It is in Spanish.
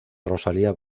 rosalía